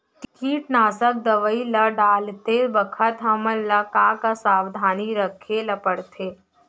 कीटनाशक दवई ल डालते बखत हमन ल का का सावधानी रखें ल पड़थे?